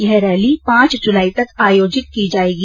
यह रैली पांच जुलाई तक आयोजित की जायेगी